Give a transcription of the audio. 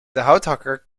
houthakker